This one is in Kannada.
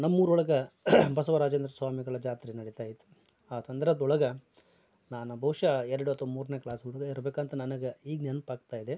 ನಮ್ಮೂರೊಳಗೆ ಬಸವ ರಾಜೇಂದ್ರ ಸ್ವಾಮಿಗಳ ಜಾತ್ರೆ ನಡಿತಾಯಿತ್ತು ಆ ಸಂದರ್ಭದೊಳಗ ನಾನು ಬಹುಶಃ ಎರಡು ಅಥವಾ ಮೂರನೇ ಕ್ಲಾಸ್ ಹುಡುಗ ಇರ್ಬೇಕಂತ ನನಗೆ ಈಗ ನೆನ್ಪಾಗ್ತಾಯಿದೆ